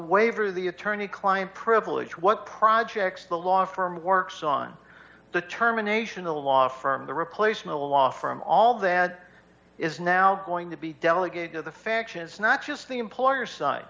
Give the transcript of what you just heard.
waiver the attorney client privilege what projects the law firm works on the terminations a law firm the replacement a law firm all the add is now going to be delegated to the factions not just the employer side